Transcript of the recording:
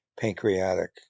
pancreatic